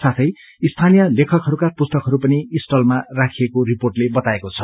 साथै स्थानीय लेखकहरूका पुस्तकहरू पनि स्टलमा राखिएको रिर्पोटले बताएको छ